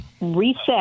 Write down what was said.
reset